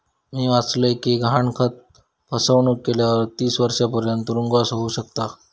मी वाचलय कि गहाणखत फसवणुक केल्यावर तीस वर्षांपर्यंत तुरुंगवास होउ शकता